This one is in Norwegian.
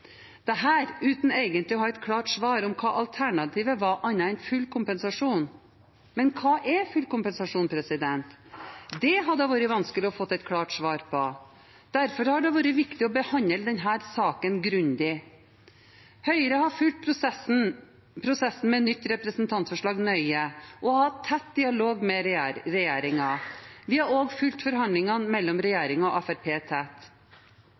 uten egentlig å ha et klart svar på hva alternativet var, annet enn full kompensasjon. Men hva er full kompensasjon? Det har det vært vanskelig å få et klart svar på. Derfor har det vært viktig å behandle denne saken grundig. Høyre har fulgt prosessen med nytt representantforslag nøye og hatt tett dialog med regjeringen. Vi har også fulgt forhandlingene mellom regjeringen og Fremskrittspartiet tett.